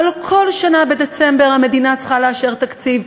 הלוא כל שנה בדצמבר המדינה צריכה לאשר תקציב,